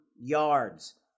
yards